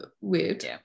weird